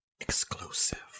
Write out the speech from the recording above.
Exclusive